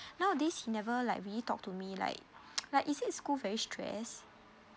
nowadays he never like really talk to me like like is it school very stress